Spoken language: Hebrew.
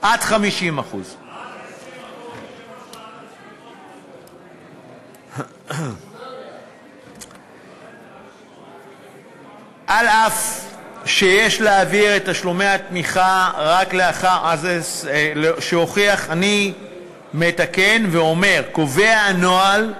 רק 20%. עד 50%. עד 20%. אני מתקן ואומר: הנוהל קובע,